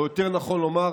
או יותר נכון לומר,